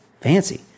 Fancy